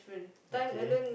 okay